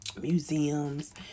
Museums